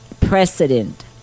precedent